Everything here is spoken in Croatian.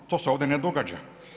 To se ovdje ne događa.